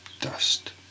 dust